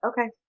Okay